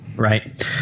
right